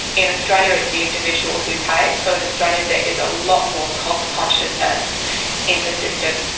in australia, it's the individual who pays, so in australia there is a lot more cost-consciousness in the system.